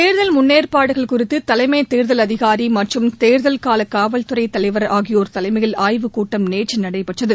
தேர்தல் முன்னேற்பாடுகள் குறித்து தலைமைத் தேர்தல் அதிகாரி மற்றும் தேர்தல் கால காவல்துறை தலைவர் ஆகியோர் தலைமையில் ஆய்வு கூட்டம் நேற்று நடைபெற்றது